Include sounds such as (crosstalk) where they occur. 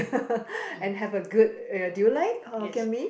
(laughs) and have a good uh do you like Hokkien Mee